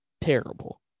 terrible